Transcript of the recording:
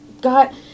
got